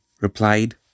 replied